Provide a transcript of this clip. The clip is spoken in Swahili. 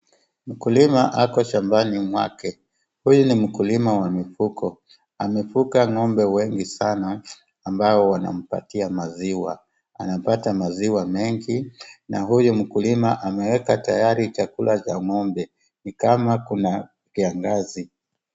Mkulima ako shambani mwake, huyu ni mkulima wa mifugo. Amefuga ng'ombe wengi sana ambao wanampatia maziwa. Anapata maziwa mengi na huyu mkulima ameweka tayari chakula cha ng'ombe, nikama kuna kiangazi.